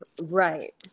Right